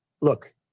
look